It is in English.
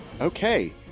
Okay